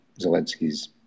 Zelensky's